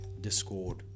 Discord